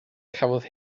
cafodd